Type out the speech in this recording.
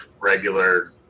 regular